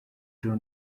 joe